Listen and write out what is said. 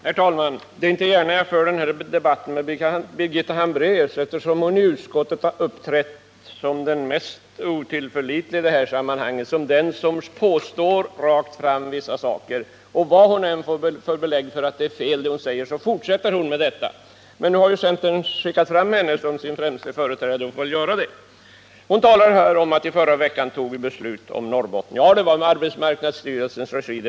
Herr talman! Det är inte gärna jag för den här debatten med Birgitta Hambraeus, eftersom hon i utskottet har uppträtt som den mest otillförlitliga idetta sammanhang, som den som rakt ut påstår vissa saker och som, vad hon än får för belägg för att det hon säger är fel, fortsätter med sina påståenden. Men nu har centern skickat fram Birgitta Hambraeus som sin främste företrädare, och därför får jag väl diskutera med henne. Birgitta Hambraeus talar här om att riksdagen förra veckan fattade beslut om Norrbotten. Ja, det var fråga om beredskapsarbete i arbetsmarknadsstyrelsens regi.